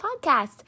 podcast